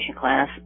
class